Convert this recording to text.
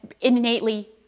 innately